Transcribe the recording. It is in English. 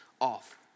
off